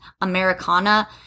Americana